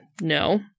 no